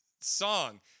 song